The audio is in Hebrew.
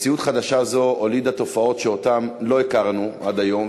מציאות חדשה זו הולידה תופעות שלא הכרנו עד היום,